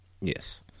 Yes